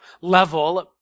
level